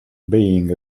being